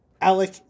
Alec